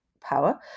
power